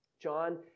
John